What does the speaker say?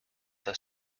the